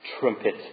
trumpet